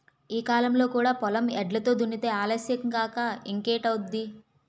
ఈ కాలంలో కూడా పొలం ఎడ్లతో దున్నితే ఆలస్యం కాక ఇంకేటౌద్ది?